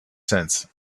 sense